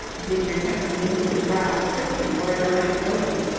ginger kemp knitted his brow, searching for a dramatic opening.